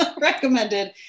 recommended